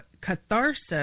catharsis